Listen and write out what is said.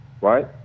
Right